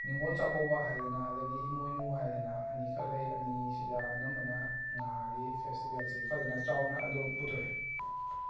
ꯅꯤꯡꯉꯣꯜ ꯆꯥꯛꯀꯧꯕ ꯍꯥꯏꯗꯅ ꯑꯗꯨꯗꯒꯤ ꯏꯃꯣꯏꯅꯨ ꯍꯥꯏꯗꯅ ꯑꯅꯤꯈꯛ ꯂꯩ ꯑꯅꯤꯁꯤꯗ ꯑꯅꯝꯕꯅ ꯉꯥꯒꯤ ꯐꯦꯁꯇꯤꯕꯦꯜꯁꯦ ꯐꯖꯅ ꯆꯥꯎꯅ ꯑꯗꯨꯝ ꯄꯨꯊꯣꯛꯏ